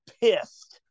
pissed